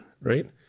right